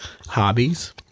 hobbies